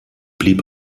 blieb